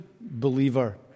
believer